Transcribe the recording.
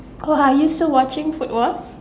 so are you still watching football